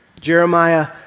Jeremiah